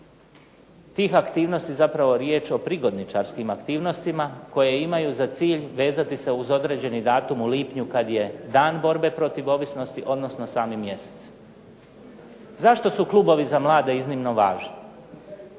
tih aktivnosti riječ o prigodničarskim aktivnostima koje imaju za cilj vezati se uz određeni datum u lipnju kad je dan borbe protiv ovisnosti, odnosno sami mjesec. Zašto su klubovi za mlade iznimno važni?